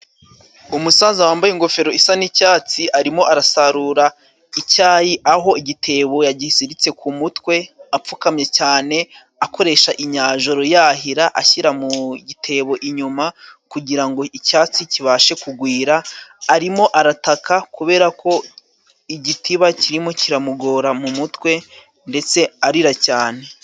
Umusaza wambaye ingofero isa nicyatsi arimo arasarura icyayi aho igitebo yagisiritse ku mutwe apfukamye cyane akoresha inyajoro yahira ashyira mu gitebo inyuma kugira ngo icyatsi kibashe kugwira arimo arataka kubera ko igitiba kirimo kiramugora mu mutwe ndetse arira cyane.